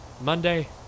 Monday